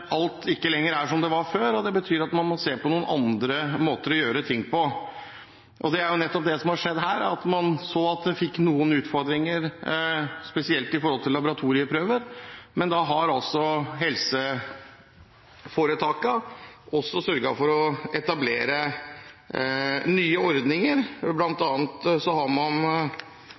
man må se på noen andre måter å gjøre ting på. Det er nettopp det som har skjedd her, at man så at det ble noen utfordringer, spesielt når det gjaldt laboratorieprøver. Men da har altså helseforetakene sørget for å etablere nye ordninger. Blant annet har man